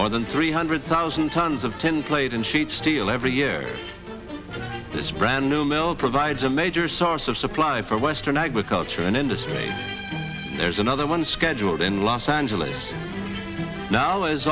or than three hundred thousand tons of ten played in sheet steel every year this brand new mill provides a major source of supply for western agriculture and industry there's another one scheduled in los angeles now